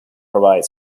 provide